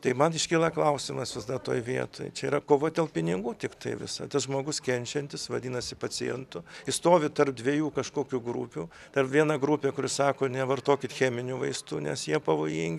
tai man iškyla klausimas vis toj vietoj čia yra kova dėl pinigų tiktai visa tas žmogus kenčiantis vadinasi pacientų jis stovi tarp dviejų kažkokių grupių tarp viena grupė kuri sako nevartokit cheminių vaistų nes jie pavojingi